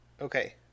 Okay